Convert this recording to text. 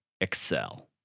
Excel